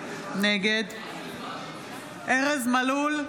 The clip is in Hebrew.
נגד ארז מלול,